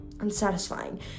unsatisfying